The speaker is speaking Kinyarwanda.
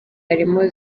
harimo